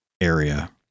area